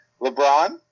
LeBron